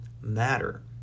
matter